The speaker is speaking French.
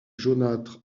jaunâtre